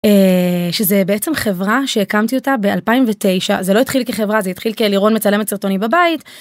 שזה בעצם חברה שהקמתי אותה ב2009 זה לא התחיל כחברה זה התחיל כלירון מצלמת סרטונים בבית.